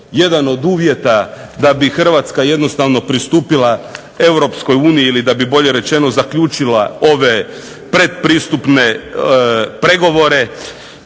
jedan od preduvjeta da bi hrvatska jednostavno pristupila Europskoj uniji ili da bi bolje rečeno, zaključila ove pretpristupne pregovore